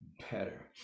better